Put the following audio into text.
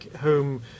home